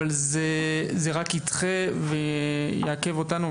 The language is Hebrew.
אבל זה רק ידחה ויעכב אותנו.